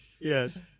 Yes